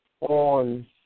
on